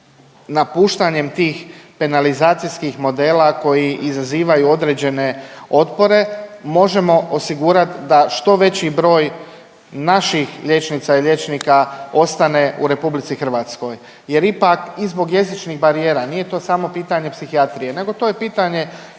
napuštanjem tih penalizacijskih modela koji izazivaju određene otpore možemo osigurat da što veći broj naših liječnica i liječnika ostane u RH jer ipak i zbog jezičnih barijera, nije to samo pitanje psihijatrije, nego to je pitanje